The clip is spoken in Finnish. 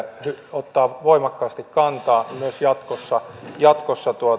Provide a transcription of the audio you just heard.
ottaa voimakkaasti kantaa myös jatkossa jatkossa